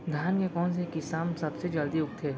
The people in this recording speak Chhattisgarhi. धान के कोन से किसम सबसे जलदी उगथे?